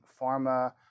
pharma